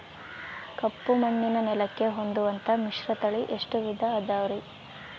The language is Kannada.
ಕಪ್ಪುಮಣ್ಣಿನ ನೆಲಕ್ಕೆ ಹೊಂದುವಂಥ ಮಿಶ್ರತಳಿ ಎಷ್ಟು ವಿಧ ಅದವರಿ?